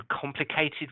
complicated